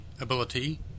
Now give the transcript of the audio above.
ability